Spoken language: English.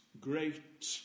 great